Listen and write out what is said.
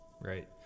Right